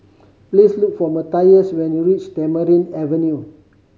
please look for Matthias when you reach Tamarind Avenue